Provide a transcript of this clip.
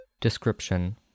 Description